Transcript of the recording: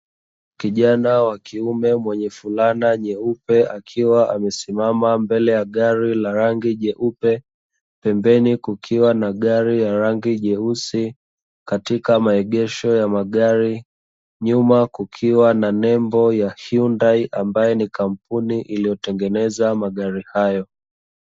Kijana wa kiume mwenye fulana nyeupe akiwa amesimama mbele ya gari ya rangi jeupe, pembeni kukiwa na gari la rangi jeusi katika maegesho ya magari. Nyuma kukiwa na nembo ya HYUNDAI ambayo ni kampuni iliyotengeneza magari hayo.